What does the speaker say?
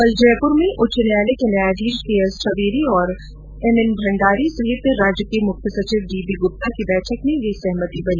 कल जयपुर में उच्च न्यायालय के न्यायाधीश के एस झवेरी और एम एन भण्डारी सहित राज्य के मुख्य सचिव डी बी गुप्ता की बैठक में ये सहमति बनी